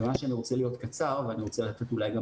כיוון שאני רוצה להיות קצר ואני רוצה לתת אולי גם